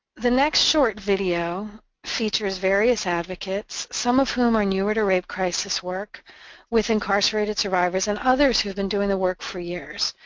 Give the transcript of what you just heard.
the next short video features various advocates, some of whom are newer to rape crisis work with incarcerated survivors, and others who have been doing the work for years,